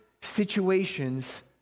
situations